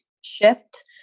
shift